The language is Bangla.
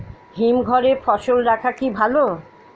হিমঘরে ফসল রাখা কি ভালো?